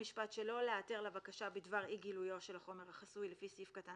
(ד)מתן צו הפסקה שיפוטי אינו מותנה בנקיטת הליכים נוספים לפי פרק זה."